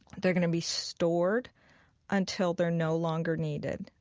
they're going to be stored until they're no longer needed.